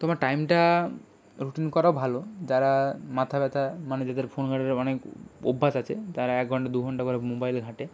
তো আমার টাইমটা রুটিন করাও ভালো যারা মাথা ব্যথা মানে যাদের ফোন ঘাঁটার অনেক অভ্যাস আছে তারা এক ঘণ্টা দু ঘণ্টা করে মোবাইল ঘাঁটে